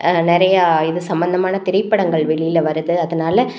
நிறையா இது சம்பந்தமான திரைப்படங்கள் வெளியில் வருது அதனால